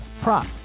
prop